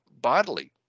bodily